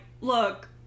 look